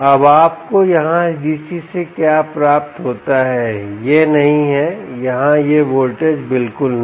अब आपको यहाँ इस डीसी से क्या प्राप्त होता हैं यह नहीं है यहाँ यह वोल्टेज बिलकुल नहीं